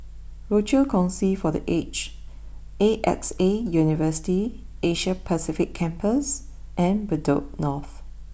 Rochor Kongsi for the Aged A X A University Asia Pacific Campus and Bedok North